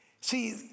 See